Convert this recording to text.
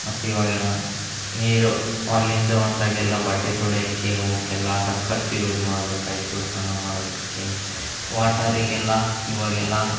ಮತ್ತಿವಾಗ ನೀರು ಅಲ್ಲಿಂದ ಬಂದಾಗೆಲ್ಲ ಬಟ್ಟೆ ತೊಳೆಯೋಕೆ ಹೋಕ್ಕೆಲ್ಲ ಸಕ್ಕತ್ತು ಯೂಸ್ ಮಾಡಬೇಕಾಯ್ತು ಸ್ನಾನ ಮಾಡೋದಕ್ಕೆ ವಾಟರಿಗೆಲ್ಲ ಈವಾಗೆಲ್ಲ